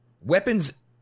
Weapons